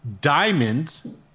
Diamonds